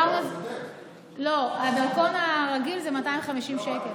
לא, הדרכון הרגיל זה 250 שקל.